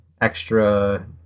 extra